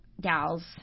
gals